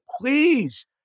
Please